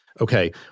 okay